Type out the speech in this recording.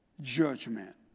judgment